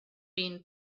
been